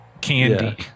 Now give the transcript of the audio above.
candy